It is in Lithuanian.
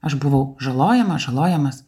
aš buvau žalojama žalojamas